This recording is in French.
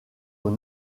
aux